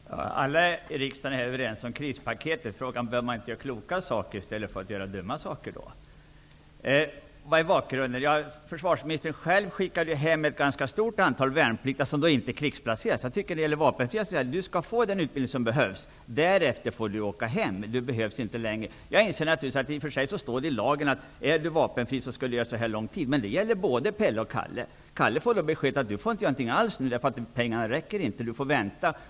Herr talman! Alla i riksdagen är överens om krispaketet. Bör man då inte gör kloka saker i stället för dumma saker? Vad är då bakgrunden till min fråga? Försvarsministern skickade själv hem ett ganska stort antal värnpliktiga som inte placerades som vapenfria. Jag tycker att man skall ge dessa människor den utbildning som behövs och därefter får de åka hem. Jag inser naturligtvis att det står i lagen att om man är vapenfri skall man ha en viss utbildningstid. Men det gäller både Pelle och Kalle i mitt exempel. Kalle får beskedet att han inte får någon utbildning alls, eftersom pengarna inte räcker. Han får vänta.